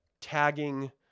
tagging